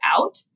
out